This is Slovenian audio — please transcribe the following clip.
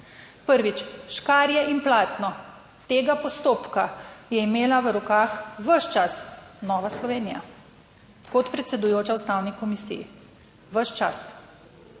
Prvič, škarje in platno tega postopka je imela v rokah ves čas Nova Slovenija. Kot predsedujoča Ustavni komisiji, ves čas.